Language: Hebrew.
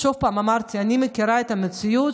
שוב פעם, אמרתי שאני מכירה את המציאות.